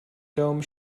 dome